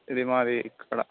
ఇది మాది ఇక్కడ